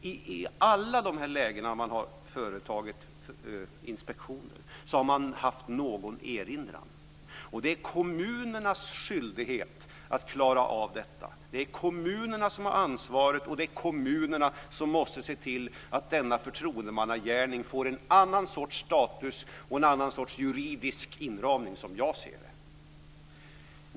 I alla de fall där man har företagit inspektioner har man haft någon erinran. Det är kommunernas skyldighet att klara detta. Det är kommunerna som har ansvaret, och de måste enligt min uppfattning se till att denna förtroendemannagärning får en annan status och en annan juridisk inramning.